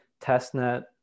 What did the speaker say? Testnet